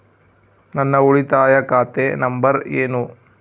ನನ್ನ ಉಳಿತಾಯ ಖಾತೆ ನಂಬರ್ ಏನು?